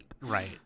right